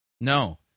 No